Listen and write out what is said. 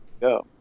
go